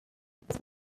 forced